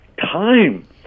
time